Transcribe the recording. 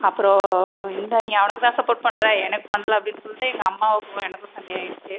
அப்புறம் இந்தால் நீ அவனுக்கு தான் சப்போர்ட் பண்ணுற எனக்கு பண்ணல அப்படினு சொல்லிட்டு எங்கள் அம்மாவுக்கும் எனக்கும் சண்டையாயிடுச்சு